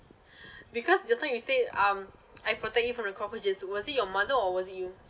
because just now you say um I protect you from the cockroaches was it your mother or was it you